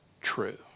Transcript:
true